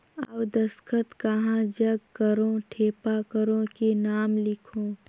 अउ दस्खत कहा जग करो ठेपा करो कि नाम लिखो?